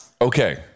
Okay